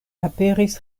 aperis